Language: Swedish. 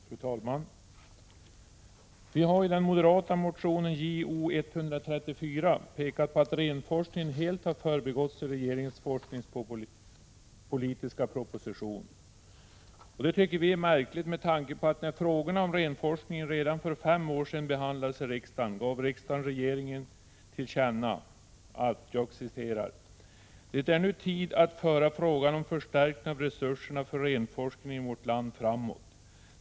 Fru talman! Vi har i den moderata motionen Jo134 pekat på att renforskningen helt har förbigåtts i regeringens forskningspolitiska proposition. Detta är märkligt, med tanke på att när frågorna om renforskning redan för fem år sedan behandlades i riksdagen gav riksdagen regeringen till känna att: ”det är nu tid att föra frågan om förstärkning av resurserna för renforskning i vårt land framåt.